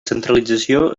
centralització